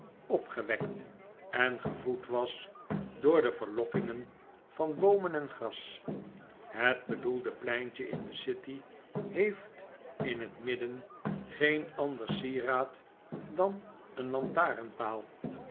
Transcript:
opgewekt en gevoed was door de verlokkingen van boomen en gras het bedoelde pleintje in de city heeft in het midden geen ander sieraad dan een lantarenpaal